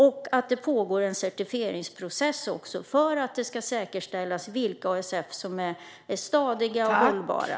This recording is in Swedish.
Det pågår också en certifieringsprocess för att säkerställa vilka arbetsintegrerande sociala företag som är stadiga och hållbara.